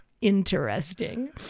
interesting